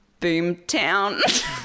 boomtown